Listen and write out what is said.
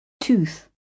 Tooth